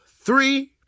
three